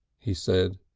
he said.